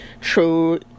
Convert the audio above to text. true